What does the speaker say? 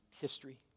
history